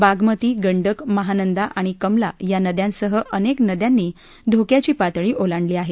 बागमती गंडक महानंदा आणि कमला या नद्यांसह अनेक नद्यांनी धोक्याची पातळी ओलांडली आहे